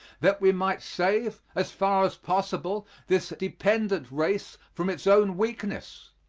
that we might save, as far as possible, this dependent race from its own weakness.